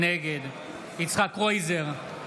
נגד יצחק קרויזר,